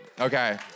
Okay